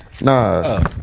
Nah